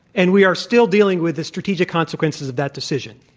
and we are still dealing with the strategic consequences of that decision.